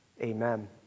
Amen